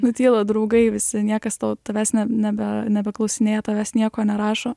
nutyla draugai visi niekas tau tavęs ne nebe nebeklausinėja tavęs nieko nerašo